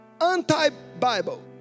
anti-Bible